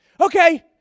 Okay